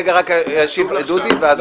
רגע רק ישיב דודי ואז אתה.